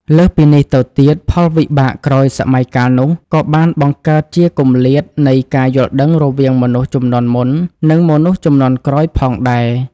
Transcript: លើសពីនេះទៅទៀត ផលវិបាកក្រោយសម័យកាលនោះក៏បានបង្កើតជាគម្លាតនៃការយល់ដឹងរវាងមនុស្សជំនាន់មុន និងមនុស្សជំនាន់ក្រោយផងដែរ។